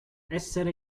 essere